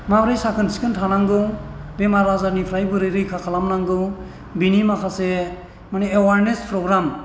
माबोरै साखोन सिखोन थानांगौ बेमार आजारनिफ्राय बोरै रैखा खालामनांगौ बेनि माखासे माने एवारनेस प्रग्राम